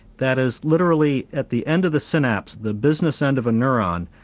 that is literally at the end of the synapse, the business end of a neuron,